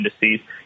indices